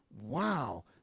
wow